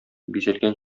бизәлгән